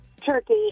turkey